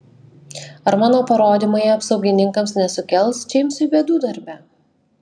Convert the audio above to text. ar mano parodymai apsaugininkams nesukels džeimsui bėdų darbe